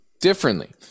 differently